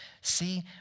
see